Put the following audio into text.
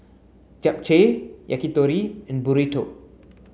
Japchae Yakitori and Burrito